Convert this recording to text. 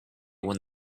when